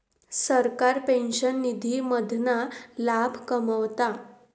सरकार पेंशन निधी मधना लाभ कमवता